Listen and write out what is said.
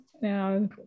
Now